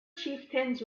chieftains